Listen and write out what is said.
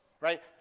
Right